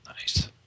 Nice